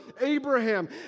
Abraham